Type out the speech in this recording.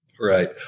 Right